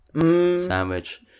sandwich